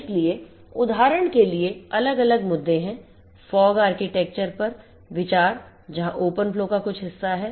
इसलिए उदाहरण के लिए अलग अलग मुद्दे हैं FOG ARCHITECTURE पर विचार जहां open flow का कुछ हिस्सा हैं